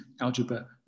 algebra